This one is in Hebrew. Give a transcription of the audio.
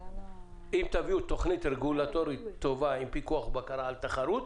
אם תביאו תוכנית רגולטורית טובה עם פיקוח ובקרה על תחרות,